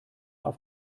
auf